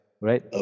right